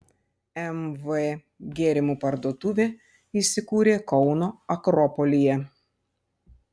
mv gėrimų parduotuvė įsikūrė kauno akropolyje